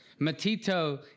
Matito